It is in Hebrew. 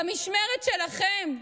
במשמרת שלכם.